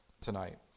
tonight